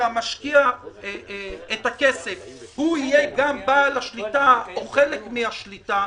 שמשקיע הכסף יהיה גם בעל השליטה או חלק מהשליטה,